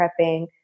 prepping